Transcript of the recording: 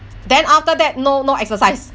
then after that no no exercise